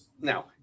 now